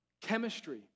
Chemistry